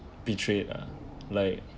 betrayed uh like